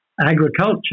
agriculture